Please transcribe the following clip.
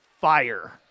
fire